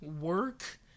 work